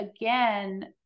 again